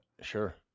Sure